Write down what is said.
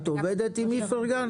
את עובדת עם איפרגן?